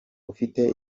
ufite